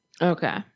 Okay